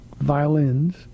violins